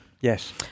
Yes